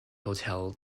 hotel